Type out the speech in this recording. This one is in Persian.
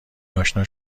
اشنا